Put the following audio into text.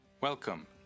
Welcome